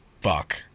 fuck